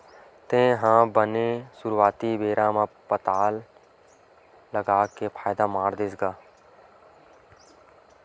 तेहा बने सुरुवाती बेरा म बने पताल लगा के फायदा मार देस गा?